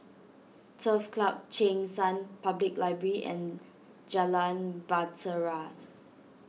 Turf Club Cheng San Public Library and Jalan Bahtera